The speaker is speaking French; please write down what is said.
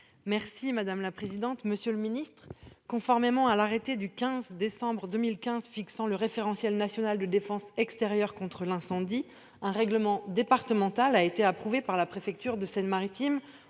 à M. le ministre de l'intérieur. Conformément à l'arrêté du 15 décembre 2015 fixant le référentiel national de défense extérieure contre l'incendie, un règlement départemental a été approuvé par la préfecture de Seine-Maritime